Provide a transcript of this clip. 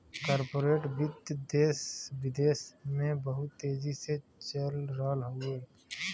corporate वित्त देस विदेस में बहुत तेजी से चल रहल हउवे